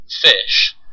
fish